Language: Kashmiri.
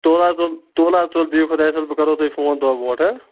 تُل ہَہ تُل تُل ہَہ تُل بِہِو خۄدایَس حوال بہٕ کَرو تۄہہِ یورَے فون دۄہ برونٛٹھ ہَہ